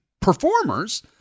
performers